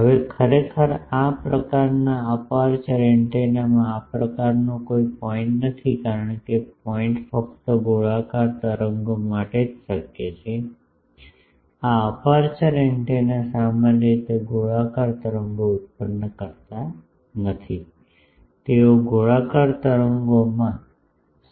હવે ખરેખર આ પ્રકારના અપેર્ચર એન્ટેનામાં આ પ્રકારનો કોઈ પોઇન્ટ નથી કારણ કે પોઇન્ટ ફક્ત ગોળાકાર તરંગો માટે જ શક્ય છે આ અપેર્ચર એન્ટેના સામાન્ય રીતે ગોળાકાર તરંગો ઉત્પન્ન કરતા નથી તેઓ નળાકાર તરંગમાં